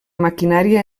maquinària